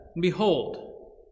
Behold